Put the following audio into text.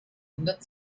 hundert